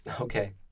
Okay